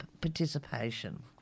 participation